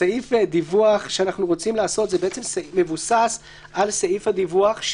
סעיף הדיווח שאנחנו רוצים לעשות מבוסס על סעיף הדיווח,